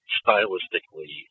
stylistically